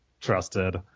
trusted